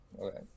Okay